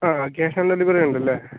ആ cash on delivery ഉണ്ട് അല്ലേ